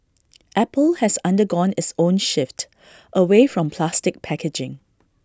apple has undergone its own shift away from plastic packaging